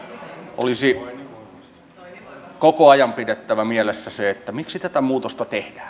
olisi koko ajan pidettävä mielessä se miksi tätä muutosta tehdään